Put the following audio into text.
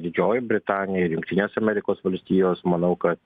didžioji britanija ir jungtinės amerikos valstijos manau kad